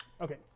Okay